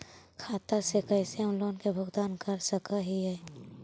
खाता से कैसे हम लोन के भुगतान कर सक हिय?